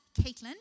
Caitlin